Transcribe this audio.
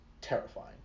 terrifying